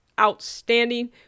outstanding